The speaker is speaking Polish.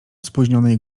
spóźnionej